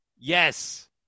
Yes